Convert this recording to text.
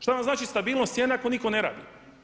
Šta vam znači stabilnost cijena ako nitko ne radi?